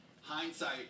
Hindsight